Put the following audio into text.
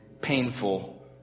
painful